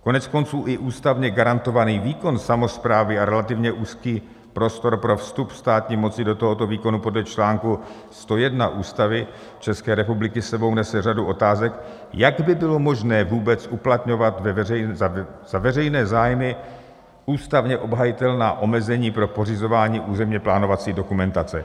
Koneckonců i ústavně garantovaný výkon samosprávy a relativně úzký prostor pro vstup státní moci do tohoto výkonu podle článku 101 Ústavy ČR s sebou nese řadu otázek, jak by bylo možné vůbec uplatňovat za veřejné zájmy ústavně obhajitelná omezení pro pořizování územně plánovací dokumentace.